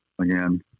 again